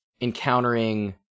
encountering